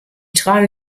trage